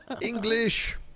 English